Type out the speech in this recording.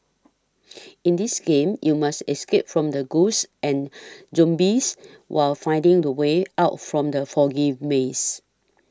in this game you must escape from the ghosts and zombies while finding the way out from the foggy maze